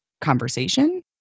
conversation